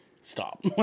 stop